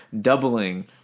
doubling